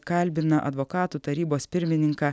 kalbina advokatų tarybos pirmininką